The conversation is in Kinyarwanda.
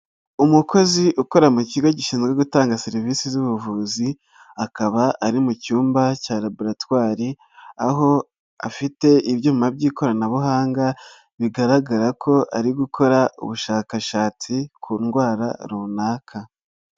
Umukozi ukora mu kigo gishinzwe gutanga serivisi z'ubuvuzi, akaba ari mu cyumba cya laboratwari, aho afite ibyuma by'ikoranabuhanga bigaragara ko ari gukora ubushakashatsi ku ndwara runaka.